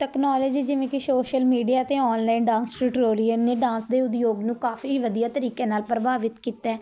technology ਜਿਵੇਂ ਕਿ social media 'ਤੇ ਔਨਲਾਈਨ ਡਾਂਸ ਟਟੋਰੀਲੀਅਨ ਨੇ ਡਾਂਸ ਦੇ ਉਦਯੋਗ ਨੂੰ ਕਾਫੀ ਵਧੀਆ ਤਰੀਕੇ ਨਾਲ ਪ੍ਰਭਾਵਿਤ ਕੀਤਾ